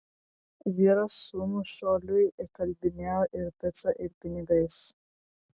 vyras sūnų šuoliui įkalbinėjo ir pica ir pinigais